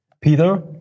Peter